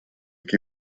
qui